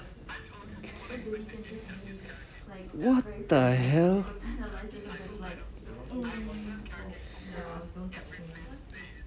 what the hell